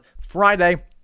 Friday